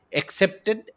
accepted